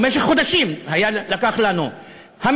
וזה לקח לנו חודשים,